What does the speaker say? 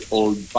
old